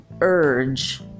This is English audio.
urge